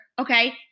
Okay